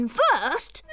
first